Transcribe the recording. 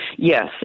Yes